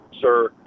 sir